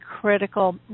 critical